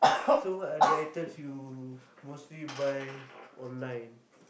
so what are the items you mostly buy online